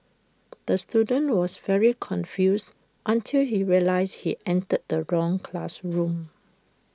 the student was very confused until he realised he entered the wrong classroom